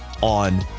on